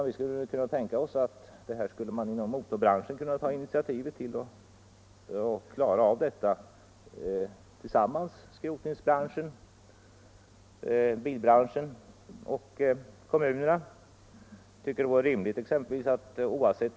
Vi skulle kunna tänka oss att motorbranschen tillsammans med bilbranschen, skrotningsbranschen och kommunerna tog initiativ för att klara av detta.